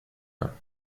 her